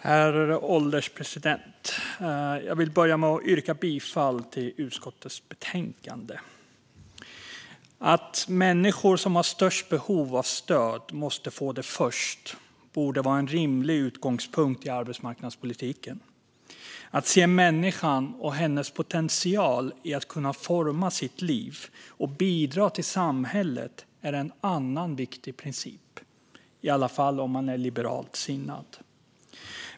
Herr ålderspresident! Jag vill börja med att yrka bifall till utskottets förslag i betänkandet. Att människor som har störst behov av stöd måste få det först borde vara en rimlig utgångspunkt i arbetsmarknadspolitiken. Att se människan och hennes potential att forma sitt liv och bidra till samhället är en annan viktig princip, i alla fall om man är liberalt sinnad.